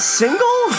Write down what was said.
single